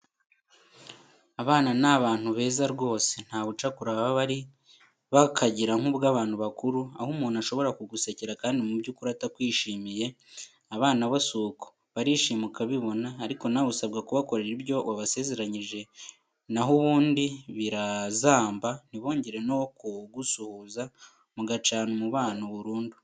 Abana ni abantu beza rwose, nta bucakura baba bari bakagira nk'ubw'abantu bakuru, aho umuntu ashobora kugusekera kandi mu by'ukuri atakwishimiye; abana bo si uko, barishima ukabibona, ariko nawe usabwa kubakorera ibyo wabasezeranyije na ho ubundi birazamba ntibongere no kugusuhuza, mugacana umubano burundu.